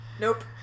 Nope